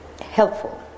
helpful